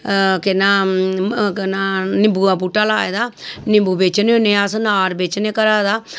केह् नां केह् नां निम्बुए दा बूह्टा लाए दा निम्बु बेचने होन्ने अस नाह्र बेचने घरा दा